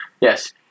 Yes